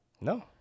No